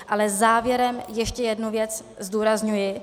Ale závěrem ještě jednu věc zdůrazňuji.